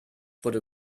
wurde